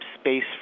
Space